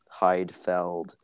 Heidfeld